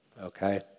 Okay